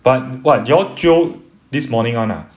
but what you all jio this morning [one] ah